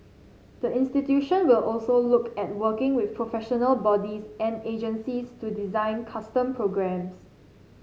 the institution will also look at working with professional bodies and agencies to design custom programmes